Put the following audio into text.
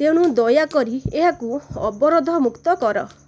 ତେଣୁ ଦୟାକରି ଏହାକୁ ଅବରୋଧମୁକ୍ତ କର